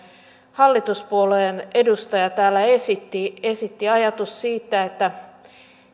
hallituspuolueen edustaja täällä esitti esitti ajatuksia siitä että